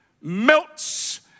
melts